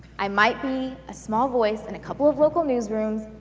i might be a small voice in a couple of local newsrooms,